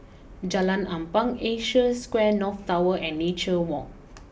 Jalan Ampang Asia Square North Tower and Nature walk